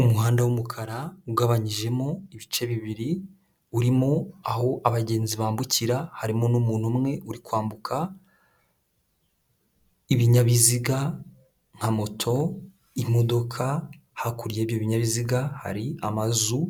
Umuhanda w'umukara ugabanyijemo ibice bibiri, urimo aho abagenzi bambukira, harimo n'umuntu umwe uri kwambuka, ibinyabiziga nka moto, imodoka, hakurya y'ibyo binyabiziga hari amazu